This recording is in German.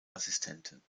assistenten